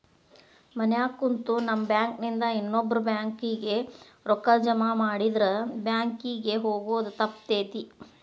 ಮನ್ಯಾಗ ಕುಂತು ನಮ್ ಬ್ಯಾಂಕ್ ನಿಂದಾ ಇನ್ನೊಬ್ಬ್ರ ಬ್ಯಾಂಕ್ ಕಿಗೆ ರೂಕ್ಕಾ ಜಮಾಮಾಡಿದ್ರ ಬ್ಯಾಂಕ್ ಕಿಗೆ ಹೊಗೊದ್ ತಪ್ತೆತಿ